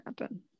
happen